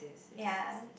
ya